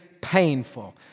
painful